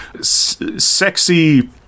sexy